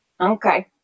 okay